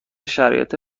شرایط